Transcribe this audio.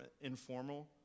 informal